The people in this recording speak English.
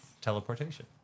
Teleportation